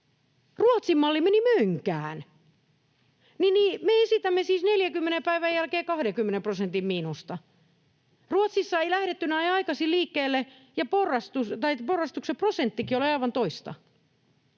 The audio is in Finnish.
Ruotsin malli meni mönkään, ja me esitämme siis 40 päivän jälkeen 20 prosentin miinusta. Ruotsissa ei lähdetty näin aikaisin liikkeelle ja porrastuksen prosenttikin oli aivan toista.